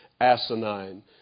asinine